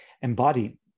embody